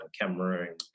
Cameroon